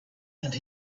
and